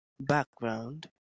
background